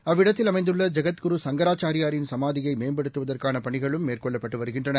அவ்விடத்தில் அமைந்தள்ள ஐகத்குரு சங்கராச்சாரியாரின் சமாதியைமேம்படுத்துவதற்கானபணிகளும் மேற்கொள்ளப்பட்டுவருகின்றன